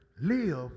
live